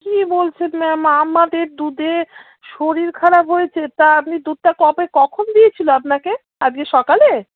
কী বলছেন ম্যাম আমাদের দুধে শরীর খারাপ হয়েছে তা আপনি দুধটা কবে কখন দিয়েছিলো আপনাকে আজকে সকালে